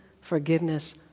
forgiveness